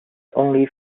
only